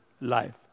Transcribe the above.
life